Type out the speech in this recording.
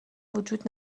وجود